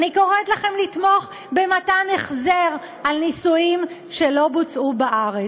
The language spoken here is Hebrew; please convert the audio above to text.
אני קוראת לכם לתמוך במתן החזר על נישואים שלא בוצעו בארץ.